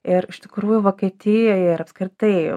ir iš tikrųjų vokietijoj ir apskritai